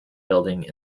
building